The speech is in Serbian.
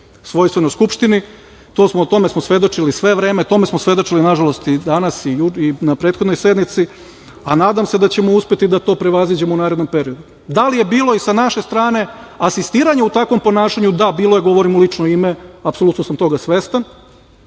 svojstveno Skupštini. O tome smo svedočili sve vreme. Tome smo svedočili, nažalost, i danas i na prethodnoj sednici, a nadam se da ćemo uspeti da to prevaziđemo u narednom periodu. Da li je bilo i sa naše strane asistiranja u takvom ponašanju? Da, bilo je, govorim u lično ime, apsolutno sam toga svestan